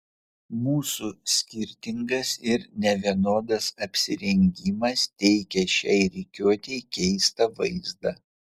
mūsų skirtingas ir nevienodas apsirengimas teikė šiai rikiuotei keistą vaizdą